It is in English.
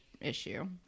issue